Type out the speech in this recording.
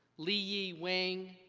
le yi wang,